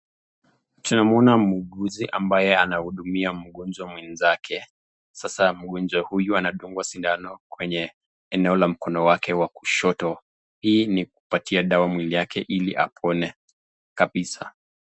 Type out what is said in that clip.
Tunamwona mwuguzi ambaye anahudumia mgonjwa mwenzake. Sasa mgonjwa huyu anadungwa sindano kwenye eneo la mkono wake wa kushoto. Hii ni kupatia dawa mwili yake ili apone kabisa